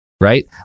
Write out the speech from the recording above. Right